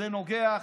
זה נוגח.